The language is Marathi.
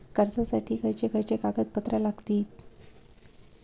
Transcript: कर्जासाठी खयचे खयचे कागदपत्रा लागतली?